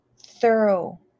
thorough